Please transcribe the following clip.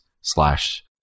slash